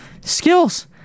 skills